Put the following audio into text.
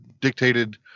dictated